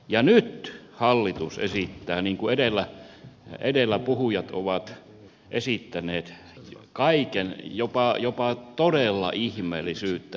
ja nyt hallitus esittää niin kuin edellä puhujat ovat esittäneet jopa todella ihmeellisyyttä